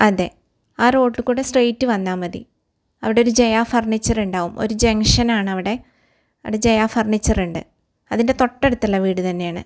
അതെ ആ റോട്ടിക്കൂടെ സ്ട്രേയ്റ്റ് വന്നാൽ മതി അവിടൊരു ജെയാ ഫർണിച്ചറുണ്ടാവും ഒരു ജെങ്ക്ഷനാണവിടെ അവടെ ജെയാ ഫർണീച്ചറുണ്ട് അതിൻ്റെ തൊട്ടടുത്തുള്ള വീട് തന്നെയാണ്